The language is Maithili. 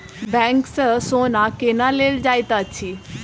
बैंक सँ सोना केना लेल जाइत अछि